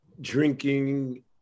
drinking